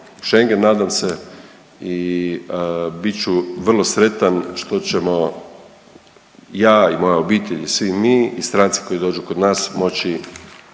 i šengen nadam se i bit ću vrlo sretan što ćemo ja i moja obitelj i svi mi i stranci koji dođu kod nas moći